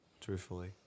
truthfully